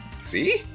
See